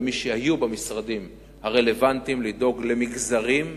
אצל מי שהיו במשרדים הרלוונטיים לדאוג למגזרים.